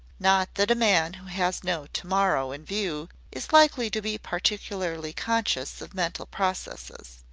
not that a man who has no to-morrow in view is likely to be particularly conscious of mental processes.